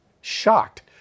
shocked